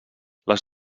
les